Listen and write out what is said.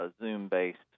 Zoom-based